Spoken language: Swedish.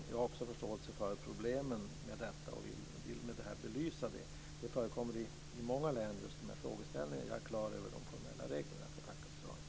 Jag har också förståelse för problemen med den, och med det här ville jag belysa dem. Dessa frågeställningar förekommer i många län. Jag är klar över de formella reglerna. Jag får tacka för svaret.